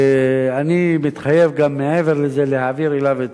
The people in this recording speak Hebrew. ואני מתחייב גם מעבר לזה להעביר אליו את